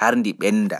har ndi ɓennda.